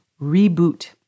reboot